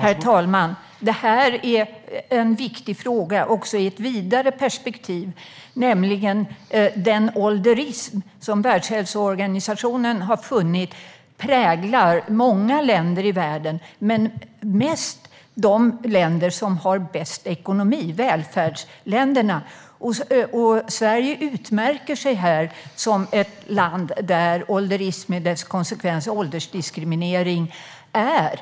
Herr talman! Detta är en viktig fråga även i ett vidare perspektiv, nämligen vad gäller den ålderism som Världshälsoorganisationen har funnit präglar många länder i världen. Den präglar länderna med bäst ekonomi - välfärdsländerna - mest, och Sverige utmärker sig som ett land där ålderism och dess konsekvens åldersdiskriminering är